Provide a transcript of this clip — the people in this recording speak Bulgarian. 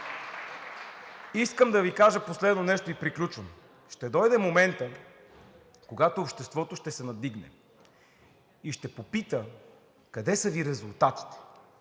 Искам да Ви кажа нещо последно и приключвам. Ще дойде моментът, когато обществото ще се надигне и ще попита: къде са Ви резултатите?